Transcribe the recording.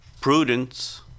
prudence